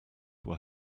were